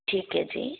ਠੀਕ ਐ ਜੀ